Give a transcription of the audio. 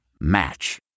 Match